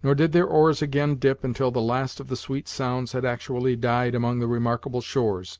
nor did their oars again dip until the last of the sweet sounds had actually died among the remarkable shores,